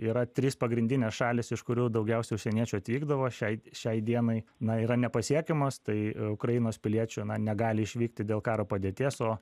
yra trys pagrindinės šalys iš kurių daugiausiai užsieniečių atvykdavo šiai šiai dienai na yra nepasiekiamas tai ukrainos piliečių na negali išvykti dėl karo padėties o